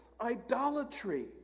idolatry